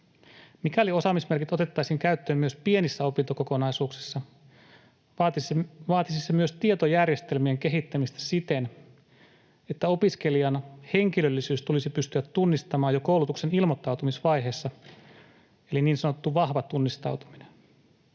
Mikäli osaamismerkit otettaisiin käyttöön myös pienissä opintokokonaisuuksissa, vaatisi se myös tietojärjestelmien kehittämistä siten, että opiskelijan henkilöllisyys tulisi pystyä tunnistamaan jo koulutuksen ilmoittautumisvaiheessa, eli niin sanottua vahvaa tunnistautumista.